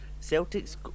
Celtic's